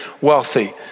wealthy